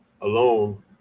alone